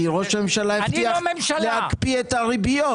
כי ראש הממשלה הבטיח להקפיא את הריביות.